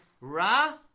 Ra